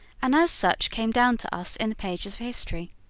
and as such came down to us in the pages of history.